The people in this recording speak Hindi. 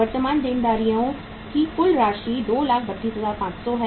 वर्तमान देनदारियां की कुल राशि 232500 है